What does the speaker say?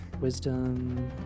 Wisdom